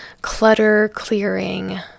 clutter-clearing